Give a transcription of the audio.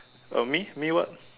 uh me me what